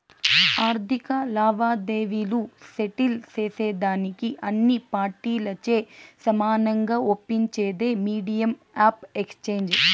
ఆర్థిక లావాదేవీలు సెటిల్ సేసేదానికి అన్ని పార్టీలచే సమానంగా ఒప్పించేదే మీడియం ఆఫ్ ఎక్స్చేంజ్